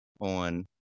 on